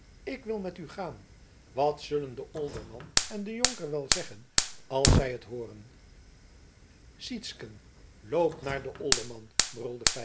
ik wil met u gaan wat zullen de olderman en de jonker wel zeggen als zij het hooren sytsken loop naar den